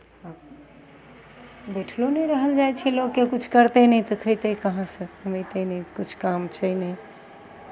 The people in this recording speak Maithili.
बैठलो नहि रहल जाइ छै लोककेँ किछु करतै नहि तऽ खयतै कहाँसँ कमयतै नहि किछु काम छै नहि